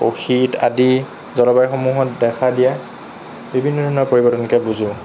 আকৌ শীত আদি জলবায়ুসমূহত দেখা দিয়া বিভিন্ন ধৰণৰ পৰিৱৰ্তনকে বুজোঁ